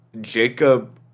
Jacob